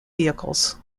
vehicles